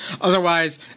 Otherwise